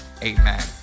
Amen